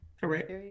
correct